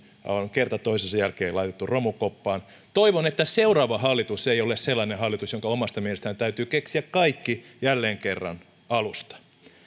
kerta toisensa jälkeen laitettu romukoppaan toivon että seuraava hallitus ei ole sellainen hallitus jonka omasta mielestään täytyy keksiä kaikki jälleen kerran alusta